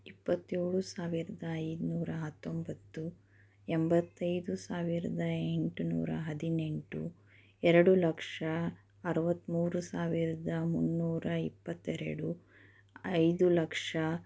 ಇಪ್ಪತ್ತೇಳು ಸಾವಿರದ ಐನೂರ ಹತ್ತೊಂಬತ್ತು ಎಂಬತ್ತೈದು ಸಾವಿರದ ಎಂಟು ನೂರ ಹದಿನೆಂಟು ಎರಡು ಲಕ್ಷ ಅರವತ್ತ್ಮೂರು ಸಾವಿರದ ಮುನ್ನೂರ ಇಪ್ಪತ್ತೆರಡು ಐದು ಲಕ್ಷ